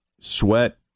sweat